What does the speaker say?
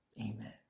amen